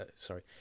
sorry